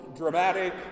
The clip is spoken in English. Dramatic